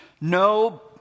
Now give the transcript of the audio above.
No